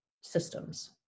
systems